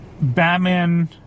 ...Batman